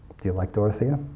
do you like dorothea?